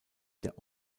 der